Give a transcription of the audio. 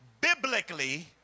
biblically